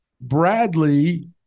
Bradley